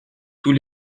tous